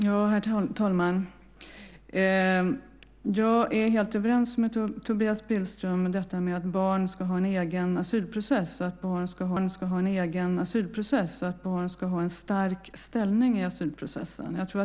Herr talman! Jag är helt överens med Tobias Billström om detta med att barn ska ha en egen asylprocess och att barn ska ha en stark ställning i asylprocessen.